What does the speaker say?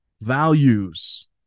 values